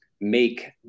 make